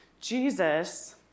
Jesus